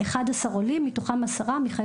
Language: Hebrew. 11 עולים מתוכם עשרה מחבר המדינות.